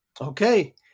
Okay